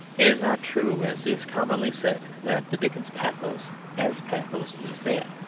it is not true, as is commonly said, that the dickens pathos as pathos is bad.